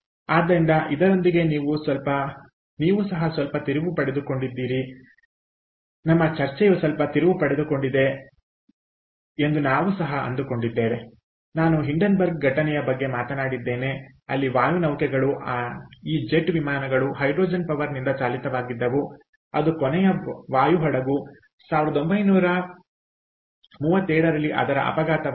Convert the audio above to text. ಆದ್ದರಿಂದ ಇದರೊಂದಿಗೆ ನೀವು ಸಹ ಸ್ವಲ್ಪ ತಿರುವು ಪಡೆದುಕೊಂಡಿದ್ದೀರಿ ಎಂದು ನಾವು ಸಹ ಅಂದುಕೊಂಡಿದ್ದೇವೆ ನಾನು ಹಿಂಡೆನ್ಬರ್ಗ್ ಘಟನೆಯ ಬಗ್ಗೆ ಮಾತನಾಡಿದ್ದೇನೆ ಅಲ್ಲಿ ವಾಯುನೌಕೆಗಳು ಈ ಜೆಟ್ ವಿಮಾನಗಳು ಹೈಡ್ರೋಜನ್ ಪವರ್ನಿಂದ ಚಾಲಿತವಾಗಿದ್ದವು ಅದು ಕೊನೆಯ ವಾಯು ಹಡಗು 1937 ರಲ್ಲಿ ಅದರ ಅಪಘಾತವಾಯಿತು